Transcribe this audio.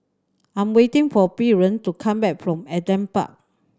I'm waiting for Brien to come back from Adam Park